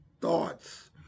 thoughts